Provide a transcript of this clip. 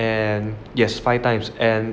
and yes five times and